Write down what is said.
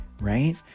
right